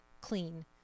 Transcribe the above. clean